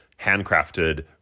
handcrafted